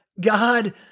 God